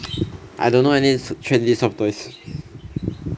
I don't know any trendy soft toy